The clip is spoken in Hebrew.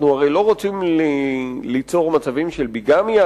אנחנו הרי לא רוצים ליצור מצבים של ביגמיה,